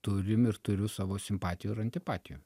turim ir turiu savo simpatijų ir antipatijų